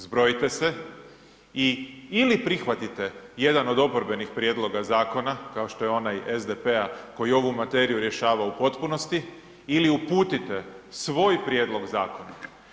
Zbrojite se i ili prihvatite jedan od oporbenih prijedloga zakona, kao što je onaj SDP-a koji ovu materiju rješava u potpunosti ili uputite svoj prijedlog zakona.